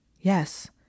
Yes